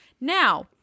Now